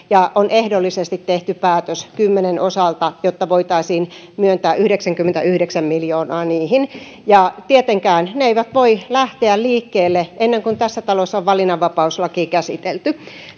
ja on ehdollisesti tehty päätös kymmenen osalta jotta voitaisiin myöntää yhdeksänkymmentäyhdeksän miljoonaa niihin tietenkään ne eivät voi lähteä liikkeelle ennen kuin tässä talossa on valinnanvapauslaki käsitelty